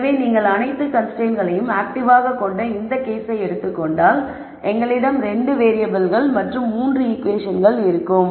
எனவே நீங்கள் அனைத்து கன்ஸ்ரைன்ட்ஸ்களையும் ஆக்டிவாக கொண்ட இந்த கேசை எடுத்துக் கொண்டால் எங்களிடம் 2 வேறியபிள்கள் மற்றும் 3 ஈகுவேஷன்கள் இருக்கும்